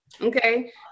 Okay